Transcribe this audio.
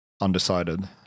undecided